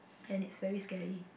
and it's very scary